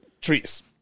trees